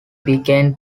began